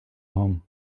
home